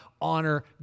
honor